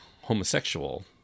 homosexual